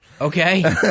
Okay